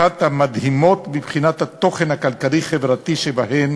אחת המדהימות מבחינת התוכן הכלכלי-חברתי שבה,